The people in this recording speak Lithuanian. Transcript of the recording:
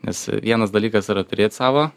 nes vienas dalykas yra turėt savo